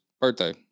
birthday